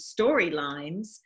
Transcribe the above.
storylines